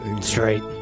Straight